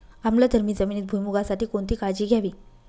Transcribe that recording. आम्लधर्मी जमिनीत भुईमूगासाठी कोणती काळजी घ्यावी?